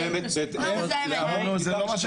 זה לא,